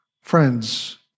Friends